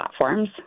platforms